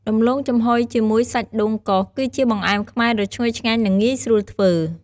ដំឡូងចំហុយជាមួយសាច់ដូងកោស គឺជាបង្អែមខ្មែរដ៏ឈ្ងុយឆ្ងាញ់ និងងាយស្រួលធ្វើ។